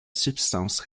substance